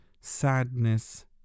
sadness